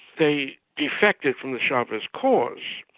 they defected from the chavez cause.